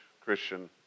Christian